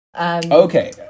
Okay